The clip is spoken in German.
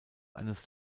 eines